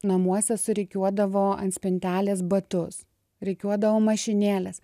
namuose surikiuodavo ant spintelės batus rikiuodavo mašinėlės